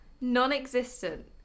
non-existent